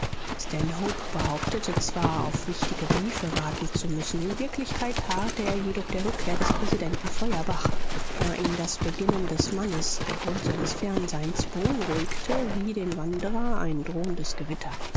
behauptete zwar auf wichtige briefe warten zu müssen in wirklichkeit harrte er jedoch der rückkehr des präsidenten feuerbach da ihn das beginnen des mannes der grund seines fernseins beunruhigte wie den wanderer ein drohendes gewitter